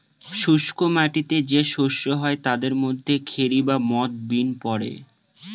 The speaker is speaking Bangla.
শুস্ক মাটিতে যে শস্য হয় তাদের মধ্যে খেরি বা মথ, বিন পড়ে